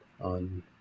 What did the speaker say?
on